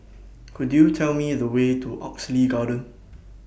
Could YOU Tell Me The Way to Oxley Garden